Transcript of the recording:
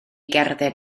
gerdded